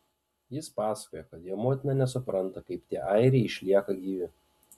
jis pasakojo kad jo motina nesupranta kaip tie airiai išlieka gyvi